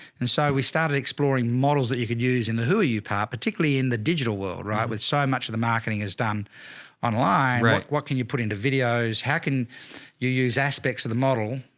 and so we started exploring models that you could use in the who are you par, particularly in the digital world, right? with so much of the marketing is done online, right? what can you put into videos? how can you use aspects of the model?